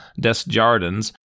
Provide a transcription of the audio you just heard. Desjardins